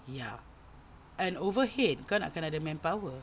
ya and overhead kau nak kena ada manpower